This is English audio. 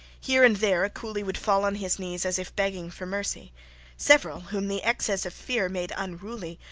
here and there a coolie would fall on his knees as if begging for mercy several, whom the excess of fear made unruly,